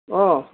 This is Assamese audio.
অঁ